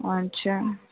अच्छा